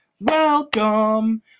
Welcome